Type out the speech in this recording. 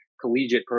collegiate